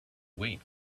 wait